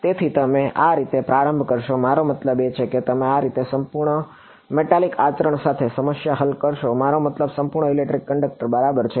તેથી તમે આ રીતે પ્રારંભ કરશો મારો મતલબ છે કે તમે આ રીતે સંપૂર્ણ મેટાલિક આચરણ સાથે સમસ્યા હલ કરશો મારો મતલબ સંપૂર્ણ ઇલેક્ટ્રિક કંડક્ટર બરાબર છે